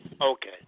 Okay